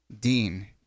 Dean